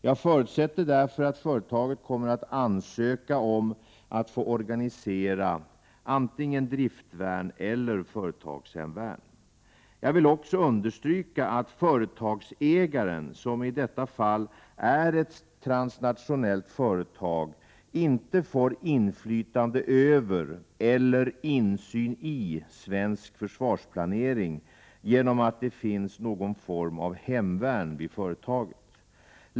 Jag förutsätter därför att företaget kommer att ansöka om att få organisera antingen driftvärn eller företagshemvärn. Jag vill också understryka att företagsägaren, som i detta fall är ett transnationellt företag, inte får inflytande över eller insyn i svensk försvarsplanering genom att det finns någon form av hemvärn vid företaget.